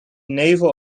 naval